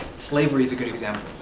slavery is a good example